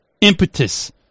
impetus